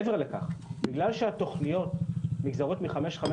מעבר לכך, בגלל שהתוכניות נגזרות מ-550,